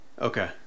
Okay